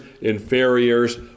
inferiors